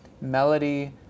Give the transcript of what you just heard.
melody